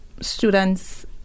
Students